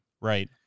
Right